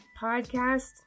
podcast